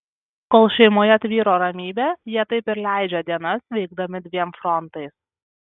kol šeimoje tvyro ramybė jie taip ir leidžia dienas veikdami dviem frontais